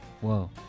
Whoa